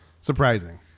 surprising